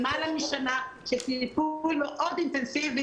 למעלה משנה של טיפול מאוד אינטנסיבי,